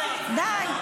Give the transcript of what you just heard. די,